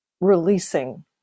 releasing